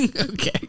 Okay